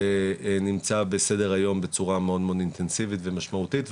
ונמצא בסדר היום בצורה מאוד אינטנסיבית ומשמעותית.